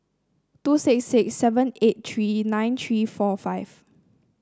two six six seven eight three nine three four five